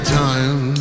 time